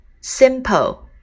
simple